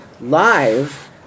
live